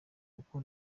uko